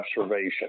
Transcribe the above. observation